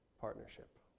partnership